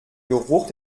geruch